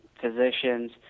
physicians